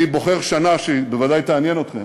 אני בוחר שנה שבוודאי תעניין אתכם,